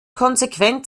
konsequent